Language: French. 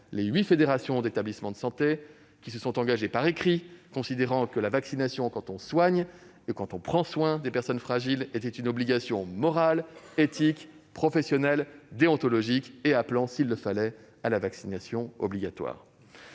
les huit fédérations d'établissements de santé, qui se sont engagés par écrit, en considérant que la vaccination, lorsque l'on soigne et que l'on prend soin des personnes fragiles, relevait d'une obligation morale, éthique, professionnelle et déontologique, et que l'on pouvait, s'il le fallait, la rendre obligatoire.